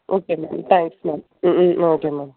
okay madam thanks ma'am hmm hmm okay ma'am